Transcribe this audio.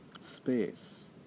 space